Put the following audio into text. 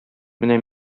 менә